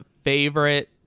favorite